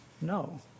No